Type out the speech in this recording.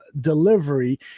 delivery